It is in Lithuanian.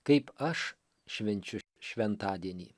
kaip aš švenčiu šventadienį